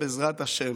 בעזרת השם.